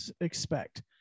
expect